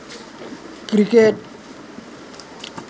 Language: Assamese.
ক্ৰিকেট